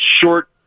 short